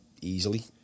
easily